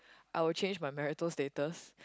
I will change my marital status